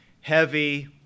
heavy